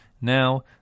now